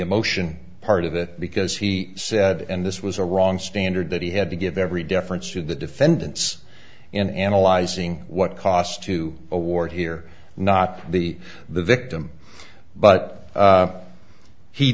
emotion part of it because he said and this was a wrong standard that he had to give every deference to the defendants in analyzing what cost to award here not the the victim but